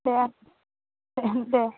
दे दे दे